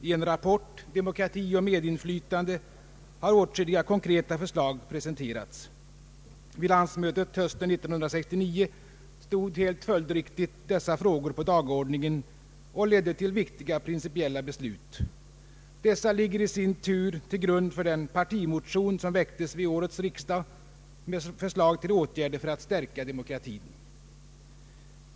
I en rapport, ”Demokrati och medinflytande”, har åtskilliga konkreta förslag presenterats. Vid landsmötet hösten 1969 stod helt följdriktigt dessa frågor på dagordningen och föranledde viktiga principiella beslut. Dessa ligger i sin tur till grund för den partimotion som väcktes vid årets riksdag med förslag till åtgärder för att stärka demokratin.